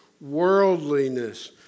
worldliness